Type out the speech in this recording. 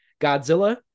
Godzilla